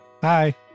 Hi